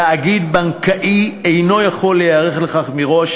תאגיד בנקאי אינו יכול להיערך לכך מראש